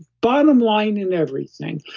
bottom line in everything.